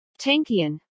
Tankian